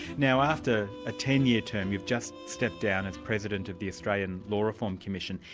now after a ten year term, you've just stepped down as president of the australian law reform commission.